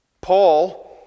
Paul